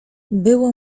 było